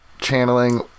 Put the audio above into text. channeling